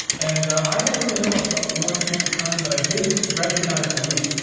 and i didn't really know much about woodworking at the time, but i did recognize maloof.